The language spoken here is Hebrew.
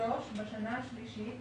בשנה השלישית